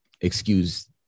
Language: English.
excuse